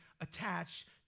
attached